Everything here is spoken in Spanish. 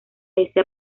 desea